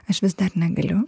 aš vis dar negaliu